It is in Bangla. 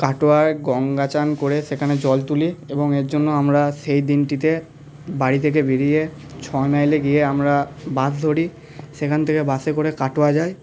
কাটোয়ায় গঙ্গা চান করে সেখানে জল তুলি এবং এর জন্য আমরা সেই দিনটিতে বাড়ি থেকে বেরিয়ে গিয়ে আমরা বাস ধরি সেখান থেকে বাসে করে কাটোয়া যাই